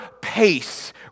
pace